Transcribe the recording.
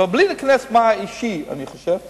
בלי להיכנס מה אני חושב אישית,